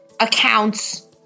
accounts